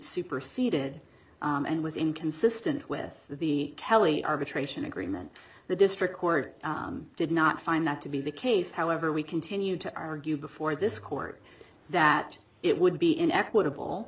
superceded and was inconsistent with the kelley arbitration agreement the district court did not find that to be the case however we continued to argue before this court that it would be in equitable